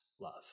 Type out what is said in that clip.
love